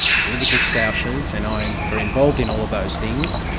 political stoushes, and i am very involved in all of those things.